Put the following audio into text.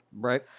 Right